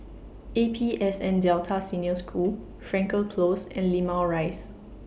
A P S N Delta Senior School Frankel Close and Limau Rise